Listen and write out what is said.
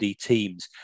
teams